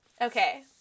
Okay